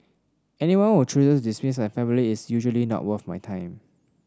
anyone who chooses to dismiss my family is not usually worth my time